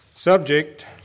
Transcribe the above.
Subject